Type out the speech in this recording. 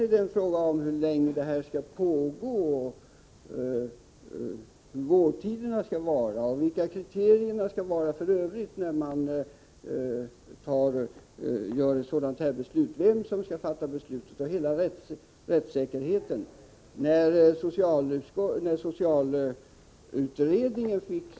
Hur länge en sådan insats skall pågå, hur långa vårdtiderna skall vara och vilka kriterierna skall vara för uppgörandet av en sådan beslutsväg som vi skall ta ställning till är sedan andra frågor. Här kommer också rättssäkerheten in.